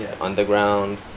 underground